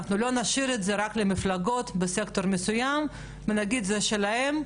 אנחנו לא נשאיר את זה רק למפלגות בסקטור מסוים ונגיד שזה שלהם.